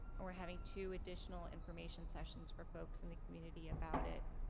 and we're having two additional information sessions for folks in the community about it,